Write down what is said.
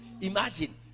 Imagine